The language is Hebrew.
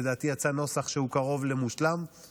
לדעתי יצא נוסח שהוא קרוב למושלם,